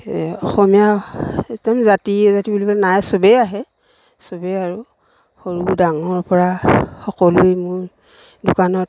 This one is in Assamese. অসমীয়া একদম জাতি অজাতি বুলিলে নাই চবেই আহে চবেই আৰু সৰু ডাঙৰৰপৰা সকলোৱে মোৰ দোকানত